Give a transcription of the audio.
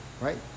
Right